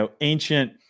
ancient